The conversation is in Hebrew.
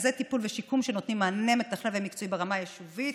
רכזי טיפול ושיקום נותנים מענה מתכלל ומקצועי ברמה היישובית.